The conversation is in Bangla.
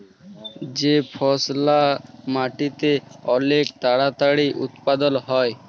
যে ফসললা মাটিতে অলেক তাড়াতাড়ি উৎপাদল হ্যয়